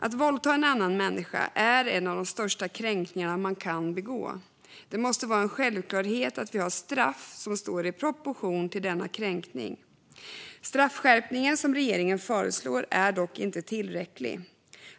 Att våldta en annan människa är en av de största kränkningar man kan begå. Det måste vara en självklarhet att vi har straff som står i proportion till denna kränkning. Straffskärpningen som regeringen föreslår är dock inte tillräcklig.